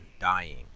dying